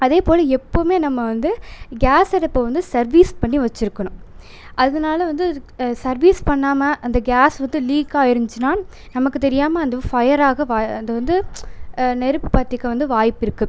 அதேபோல் எப்போவுமே நம்ம வந்து கேஸ் அடுப்பை வந்து சர்வீஸ் பண்ணி வச்சுருக்கணும் அதனால் வந்து சர்வீஸ் பண்ணாமல் அந்த கேஸ் வந்து லீக்காயிருந்துச்சினா நமக்கு தெரியாமல் அந்த ஃபயர் ஆக வா அது வந்து நெருப்பு பற்றிக்க வந்து வாய்ப்பிருக்கு